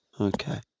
Okay